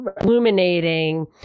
illuminating